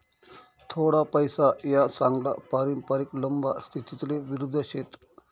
थोडा पैसा या चांगला पारंपरिक लंबा स्थितीले विरुध्द शेत